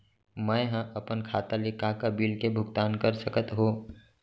मैं ह अपन खाता ले का का बिल के भुगतान कर सकत हो